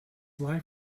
life